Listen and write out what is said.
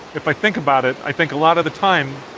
if i think about it i think a lot of the time.